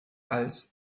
als